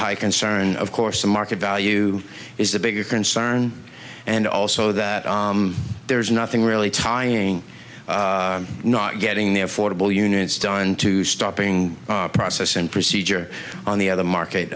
high concern of course the market value is the bigger concern and also that there's nothing really talking not getting there fordable units done to stopping process and procedure on the other market